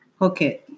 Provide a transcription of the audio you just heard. Hookit